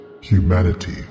humanity